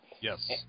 Yes